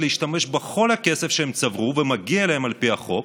להשתמש בכל הכסף שהם צברו ומגיע להם על פי החוק